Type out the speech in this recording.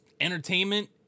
Entertainment